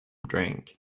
drink